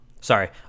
Sorry